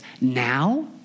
now